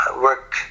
work